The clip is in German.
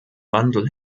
wandel